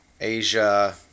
Asia